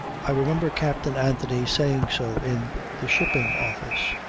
i remember captain anthony saying so in the shipping office.